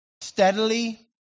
steadily